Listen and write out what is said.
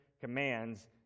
commands